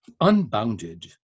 Unbounded